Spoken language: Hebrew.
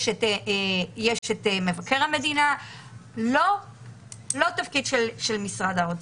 יש את מבקר המדינה וזה לא תפקיד משרד האוצר.